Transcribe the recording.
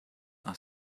are